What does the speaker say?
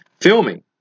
filming